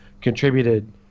contributed